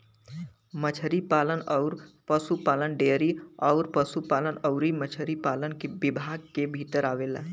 मछरी पालन अउर पसुपालन डेयरी अउर पसुपालन अउरी मछरी पालन विभाग के भीतर आवेला